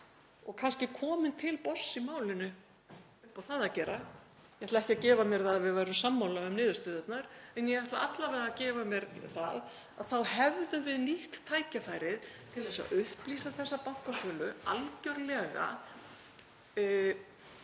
og kannski komin til botns í málinu upp á það að gera. Ég ætla ekki að gefa mér það að við værum sammála um niðurstöðurnar en ég ætla alla vega að gefa mér að þá hefðum við nýtt tækifærið til að upplýsa þessa bankasölu algerlega,